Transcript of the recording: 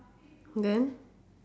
then